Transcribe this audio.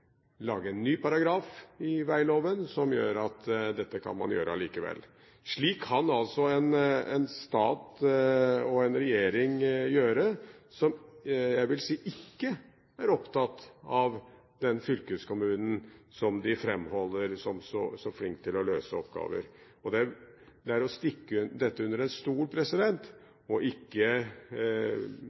lage en ny paragraf i vegloven, som gjør at dette kan man gjøre allikevel. Slik kan altså en stat og en regjering gjøre, som jeg vil si ikke er opptatt av fylkeskommunen, som de framholder som så flink til å løse oppgaver. Det er å stikke under stol ikke å trekke fram de mange, mange frustrasjoner som kommer fram i alle sammenhenger på dette feltet fra fylkesordførere, fylkespolitikere og